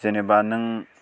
जेनेबा नों